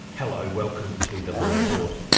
hello. welcome to the law report.